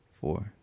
four